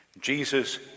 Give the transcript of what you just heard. Jesus